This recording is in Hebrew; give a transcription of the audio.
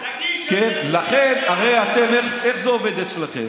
תגיש, הרי איך זה עובד אצלכם?